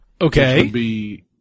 okay